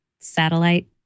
satellite